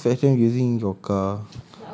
like you can just fetch them using your car